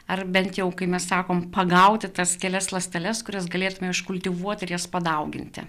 ar bent jau kai mes sakom pagauti tas kelias ląsteles kurias galėtume iš kultivuoti ir jas padauginti